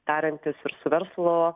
tariantis ir su verslo